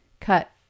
cut